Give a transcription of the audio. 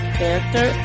character